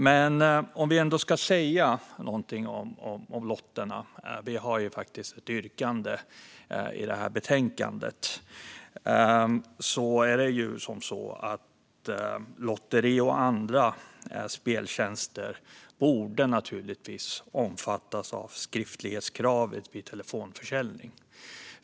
Låt mig ändå säga något om lotterierna. Vi har ju faktiskt en reservation om det i betänkandet. Lotterier och andra speltjänster borde givetvis omfattas av skriftlighetskravet vid telefonförsäljning.